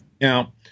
Now